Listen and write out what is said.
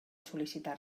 sol·licitar